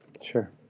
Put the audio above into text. sure